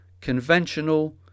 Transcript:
Conventional